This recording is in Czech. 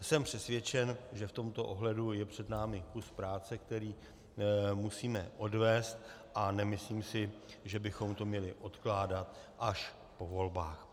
Jsem přesvědčen, že v tomto ohledu je před námi kus práce, který musíme odvést a nemyslím si, že bychom to měli odkládat až po volbách.